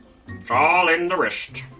all in the wrist.